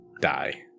die